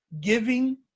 giving